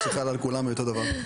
שחלה על כולם היא אותו דבר.